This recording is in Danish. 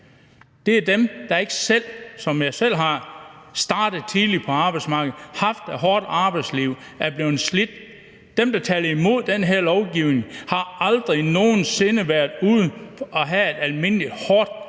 er dem, der ikke selv er startet, ligesom jeg selv er, tidligt på arbejdsmarkedet, har haft et hårdt arbejdsliv og er blevet slidt. Dem, der taler imod den her lovgivning, har aldrig nogen sinde haft et almindeligt hårdt fysisk arbejde.